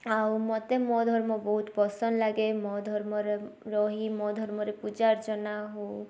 ଆଉ ମତେ ମୋ ଧର୍ମ ବହୁତ ପସନ୍ଦ ଲାଗେ ମୋ ଧର୍ମରେ ରହି ମୋ ଧର୍ମରେ ପୂଜା ଅର୍ଚ୍ଚନା ହଉ